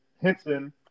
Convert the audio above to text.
Henson